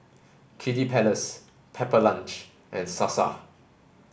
Kiddy Palace Pepper Lunch and Sasa